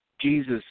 Jesus